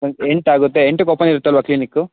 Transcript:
ಎಂಟು ಆಗುತ್ತೆ ಎಂಟಕ್ಕೆ ಓಪನ್ ಇರುತ್ತಲ್ವ ಕ್ಲಿನಿಕು